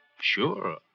Sure